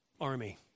army